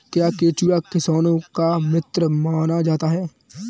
क्या केंचुआ किसानों का मित्र माना जाता है?